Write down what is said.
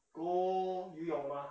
go 游泳吗